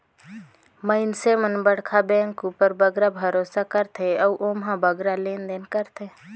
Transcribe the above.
मइनसे मन बड़खा बेंक उपर बगरा भरोसा करथे अउ ओम्हां बगरा लेन देन करथें